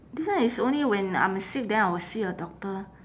this one is only when I'm sick then I'll see a doctor